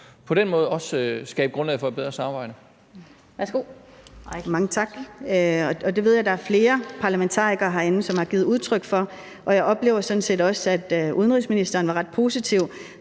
på den måde også skabe grundlag for et bedre samarbejde.